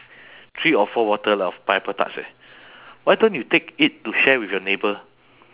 three or four bottle of pineapple tarts eh why don't you take it to share with your neighbour